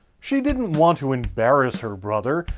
she didn't want to embarrass her brother,